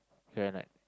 sure or not